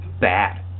bad